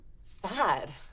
sad